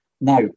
Now